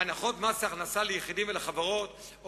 הנחות מס הכנסה ליחידים ולחברות,